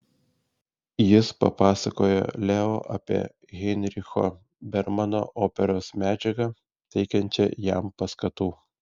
jis papasakojo leo apie heinricho bermano operos medžiagą teikiančią jam paskatų